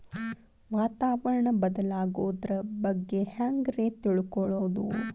ವಾತಾವರಣ ಬದಲಾಗೊದ್ರ ಬಗ್ಗೆ ಹ್ಯಾಂಗ್ ರೇ ತಿಳ್ಕೊಳೋದು?